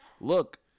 look